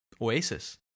oasis